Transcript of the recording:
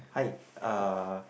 hi uh